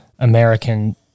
American